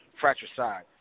fratricide